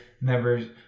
members